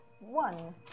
One